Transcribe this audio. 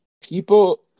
people